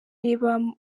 reba